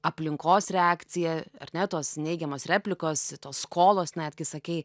aplinkos reakcija ar ne tos neigiamos replikos i tos skolos netgi sakei